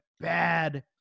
bad